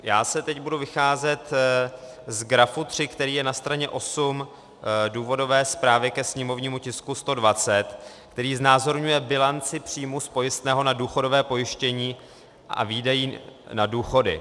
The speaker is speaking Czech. Já teď budu vycházet z grafu 3, který je na straně 8 důvodové zprávy ke sněmovnímu tisku 120, který znázorňuje bilanci příjmů z pojistného na důchodové pojištění a výdaje na důchody.